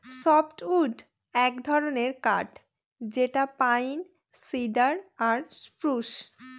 softwood এক ধরনের কাঠ যেটা পাইন, সিডার আর সপ্রুস